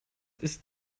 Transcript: ist